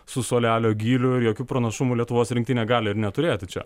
su suolelio gyliu ir jokių pranašumų lietuvos rinktinė gali ir neturėti čia